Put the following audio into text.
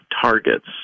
targets